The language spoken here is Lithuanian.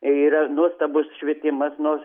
yra nuostabus švietimas nors